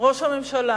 ראש הממשלה,